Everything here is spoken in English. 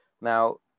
now